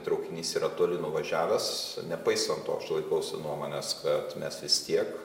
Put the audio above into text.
traukinys yra toli nuvažiavęs nepaisant to aš laikausi nuomonės kad mes vis tiek